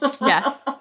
Yes